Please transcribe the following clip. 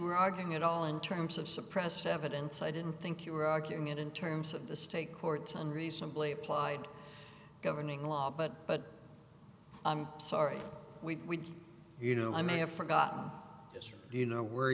were arguing at all in terms of suppress evidence i didn't think you were arguing it in terms of the state court on reasonably applied governing law but but i'm sorry we you know i may have forgotten this or you know were